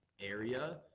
area